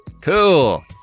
Cool